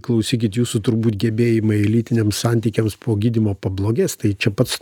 klausykit jūsų turbūt gebėjimai lytiniam santykiams po gydymo pablogės tai čia pats